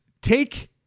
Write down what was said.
take